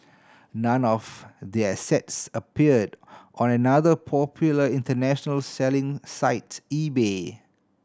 none of their sets appeared on another popular international selling site eBay